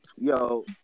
yo